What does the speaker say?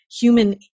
human